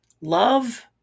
love